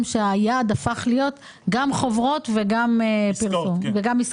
שהיעד הפך להיות גם חברות וגם עסקאות.